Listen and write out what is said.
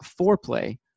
foreplay